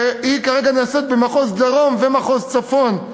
שנעשית כרגע במחוז הדרום ובמחוז הצפון,